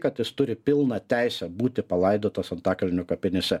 kad jis turi pilną teisę būti palaidotas antakalnio kapinėse